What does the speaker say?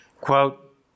Quote